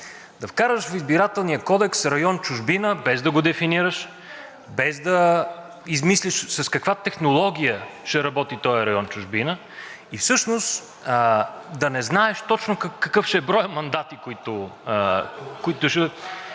Да вкараш в Избирателния кодекс район „Чужбина“, без да го дефинираш, без да измислиш с каква технология ще работи този район „Чужбина“ и всъщност да не знаеш точно какъв ще е броят мандати, които ще…